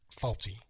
faulty